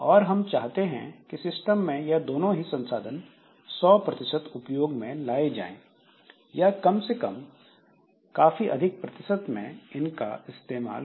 और हम चाहते हैं की सिस्टम में यह दोनों ही संसाधन 100 उपयोग में लाए जाएं या कम से कम काफी अधिक प्रतिशत में इनका इस्तेमाल हो